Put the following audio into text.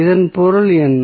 இதன் பொருள் என்ன